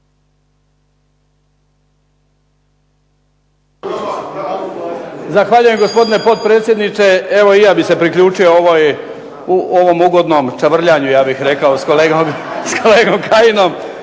Zahvaljujem gospodine potpredsjedniče. Evo i ja bih se priključio ovoj, u ovom ugodnom čavrljanju ja bih rekao s kolegom Kajinom.